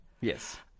Yes